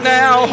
now